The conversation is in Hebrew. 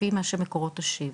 לפי מה שמקורות תשיב,